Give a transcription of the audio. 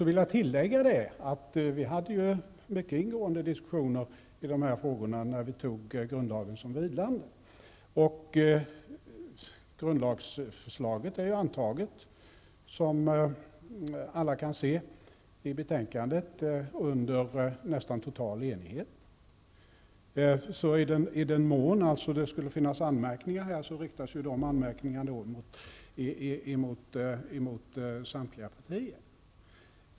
Vi förde också mycket ingående diskussioner i dessa frågor när vi fattade beslut om grundlagen som vilande. Grundlagsförslaget är antaget med nästan total enighet, vilket framgår av betänkandet. I den mån det skulle finnas anmärkningar, riktar sig dessa anmärkningar i så fall gentemot samtliga partier.